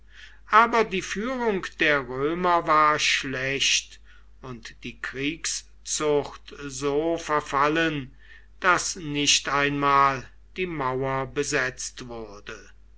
aber die führung der römer war schlecht und die kriegszucht so verfallen daß nicht einmal die mauer besetzt wurde